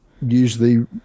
usually